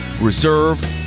reserved